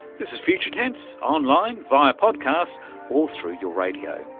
this is future tense, online, via podcast or through your radio,